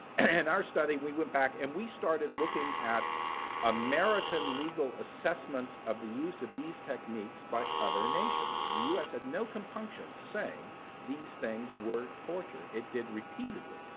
and our study we went back and we started looking at american legal assessments of the use of these techniques by other nations. the us had no compunctions saying these things were torture. it did repeatedly.